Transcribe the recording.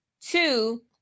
two